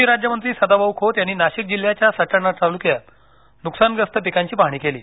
कृषी राज्यमंत्री सदाभाऊ खोत यांनी नाशिक जिल्ह्याच्या सटाणा तालुक्यात नुकसानग्रस्त पिकांची पाहणी केली